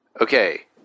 Okay